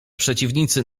przeciwnicy